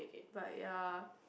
but ya